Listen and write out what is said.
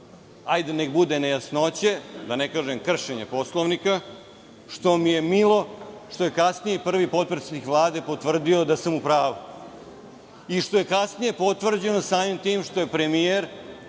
hajde neka bude, nejasnoće, da ne kažem kršenje Poslovnika, što mi je milo što je kasnije prvi potpredsednik Vlade potvrdio da sam u pravu i što je kasnije potvrđeno samim tim što je premijer